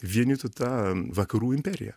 vienytų tą vakarų imperiją